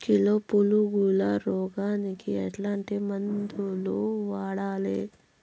Kilo పులుగుల రోగానికి ఎట్లాంటి మందులు వాడాలి?